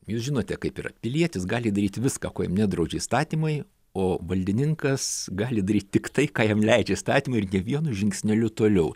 jūs žinote kaip yra pilietis gali daryti viską ko jam nedraudžia įstatymai o valdininkas gali daryt tik tai ką jam leidžia įstatymai ir nė vienu žingsneliu toliau